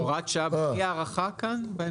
הוראת שעה תהיה הארכת כאן?